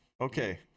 Okay